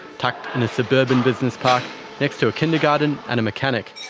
tucked in a suburban business park next to a kindergarten and a mechanic.